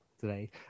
today